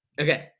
okay